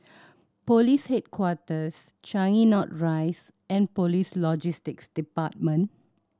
Police Headquarters Changi North Rise and Police Logistics Department